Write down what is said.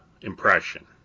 impression